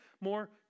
more